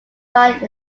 line